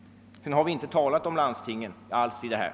Vi har inte alls talat om landstingen i detta sammanhang.